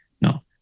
no